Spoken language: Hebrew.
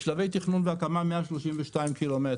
בשלבי תכנון והקמה - מעל 32 ק"מ.